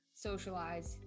socialize